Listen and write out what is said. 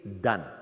done